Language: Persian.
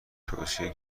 توصیه